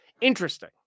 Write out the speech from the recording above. Interesting